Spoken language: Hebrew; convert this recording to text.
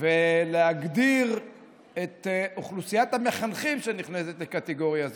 ולהגדיר את אוכלוסיית המחנכים שנכנסת לקטגוריה זו.